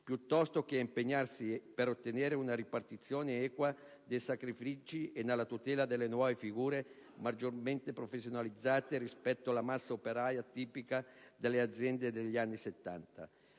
piuttosto che a impegnarsi per ottenere una ripartizione equa dei sacrifici e nella tutela delle nuove figure maggiormente professionalizzate rispetto alla massa operaia tipica delle aziende degli anni Settanta.